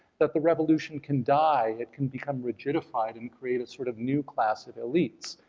that the revolution can die, it can become rigidified and create a sort of new class of elites.